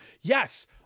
Yes